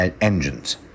engines